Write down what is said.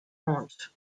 haunt